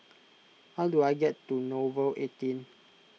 how do I get to Nouvel eighteen